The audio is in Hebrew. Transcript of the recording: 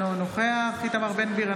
אינו נוכח איתמר בן גביר,